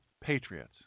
patriots